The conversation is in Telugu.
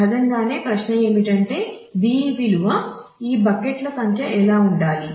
సహజంగానే ప్రశ్న ఏమిటంటే B విలువ ఈ బకెట్ల సంఖ్య ఎలా ఉండాలి